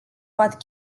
what